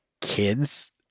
kids